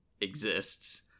exists